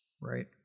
Right